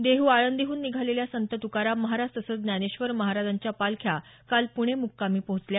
देहू आळंदीहून निघालेल्या संत तुकाराम महाराज तसंच ज्ञानेश्वर महाराजांच्या पालख्या काल पुणे मुक्कामी पोहोचल्या